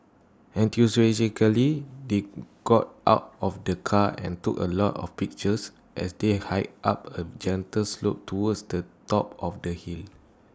enthusiastically they got out of the car and took A lot of pictures as they hiked up A gentle slope towards the top of the hill